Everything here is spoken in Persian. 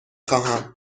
خواهم